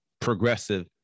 progressive